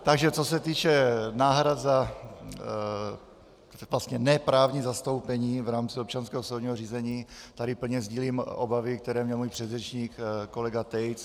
Takže co se týče náhrad za vlastně ne právní zastoupení v rámci občanského soudního řízení, tady plně sdílím obavy, které měl můj předřečník kolega Tejc.